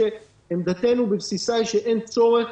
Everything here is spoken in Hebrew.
עמדתנו בבסיסה היא שאין צורך